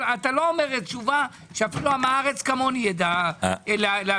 אתה לא אומר תשובה שאפילו עם הארץ כמוני יידע להבינה.